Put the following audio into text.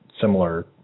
similar